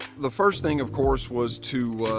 the first thing of course was to,